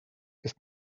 ist